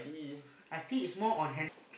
I think it's more on hand